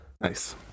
Nice